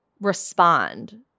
respond